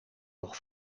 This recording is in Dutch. nog